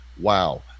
Wow